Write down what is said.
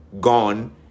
gone